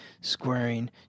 squaring